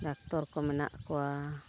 doctor ᱠᱚ ᱢᱮᱱᱟᱜ ᱠᱚᱣᱟ